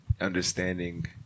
understanding